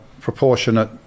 proportionate